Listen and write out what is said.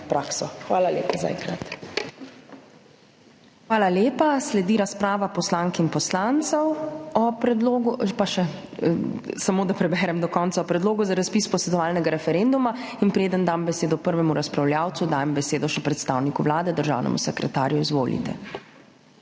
Hvala lepa zaenkrat.